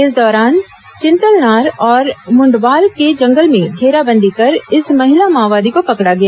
इस दौरान चिंतलनार और मुंडवाल के जंगल में घेराबंदी कर इस महिला माओवादी को पकड़ा गया